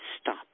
stop